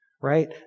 right